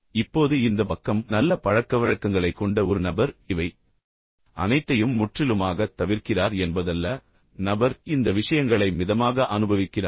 இப்போது இந்த பக்கம் நல்ல பழக்கவழக்கங்களைக் கொண்ட ஒரு நபர் இவை அனைத்தையும் முற்றிலுமாகத் தவிர்க்கிறார் என்பதல்ல நபர் இந்த விஷயங்களை மிதமாக அனுபவிக்கிறார்